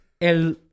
El